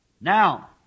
Now